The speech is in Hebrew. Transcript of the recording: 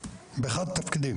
באחד התפקידים?